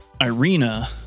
Irina